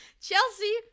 Chelsea